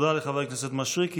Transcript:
תודה לחבר הכנסת מישרקי.